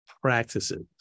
practices